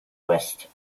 west